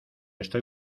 estoy